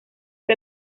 que